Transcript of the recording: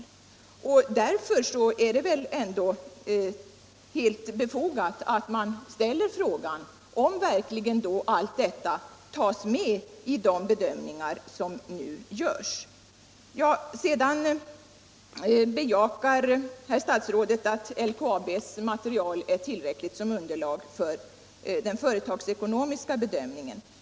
Därför är det helt befogat att ställa frågan om verkligen allt detta tas med i de bedömningar som nu görs. Sedan bejakar herr statsrådet att LKAB:s material är tillräckligt som underlag för den företagsekonomiska bedömningen.